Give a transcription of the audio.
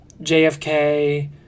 JFK